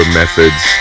methods